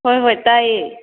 ꯍꯣꯏ ꯍꯣꯏ ꯇꯥꯏꯌꯦ